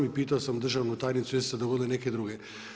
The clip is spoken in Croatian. I pitao sam državnu tajnicu jesu se dogodile neke druge.